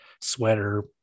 sweater